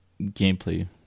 gameplay